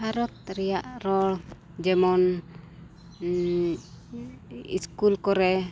ᱵᱷᱟᱨᱚᱛ ᱨᱮᱭᱟᱜ ᱨᱚᱲ ᱡᱮᱢᱚᱱ ᱤᱥᱠᱩᱞ ᱠᱚᱨᱮ